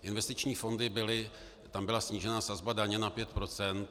Investiční fondy tam byla snížena sazba daně na 5 %.